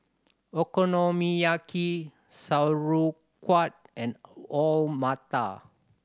Okonomiyaki Sauerkraut and Alu Matar